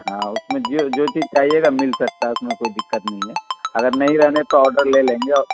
ہاں اس میں جو جو چیز چاہیے گا مل سکتا ہے اس میں کوئی دقت نہیں ہے اگر نہیں رہنے تو آڈر لے لیں گے اور